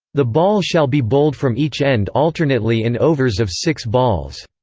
the ball shall be bowled from each end alternately in overs of six balls.